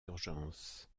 urgences